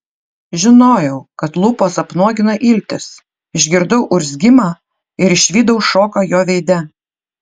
žinojau kad lūpos apnuogina iltis išgirdau urzgimą ir išvydau šoką jo veide